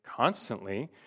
constantly